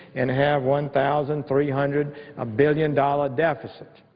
and have one thousand three hundred ah billion dollar deficit.